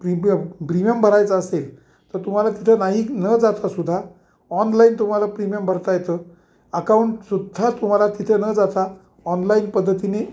premium premium भरायचा असेल तर तुम्हाला तिथं नाही न जाता सुद्धा ऑनलाईन तुम्हाला प्रीमियम भरता येतं अकाऊंट सुद्धा तुम्हाला तिथे न जाता ऑनलाईन पद्धतीने